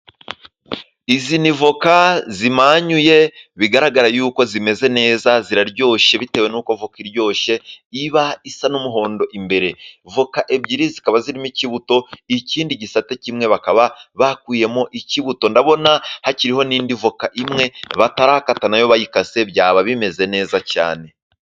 Izi ni avoka zimanyuye bigaragara yuko zimeze neza, ziraryoshye bitewe n'uko avoka iryoshye iba isa n'umuhondo imbere. Avoka ebyiri zikaba zirimo ikibuto. Ikindi gisate kimwe bakaba bakuyemo ikibuto. Ndabona hakiriho n'indi voka imwe batarakata, na yo bayikase byaba bimeze neza cyane.